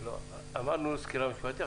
אמרנו את הסקירה המשפטית.